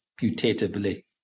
putatively